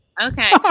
Okay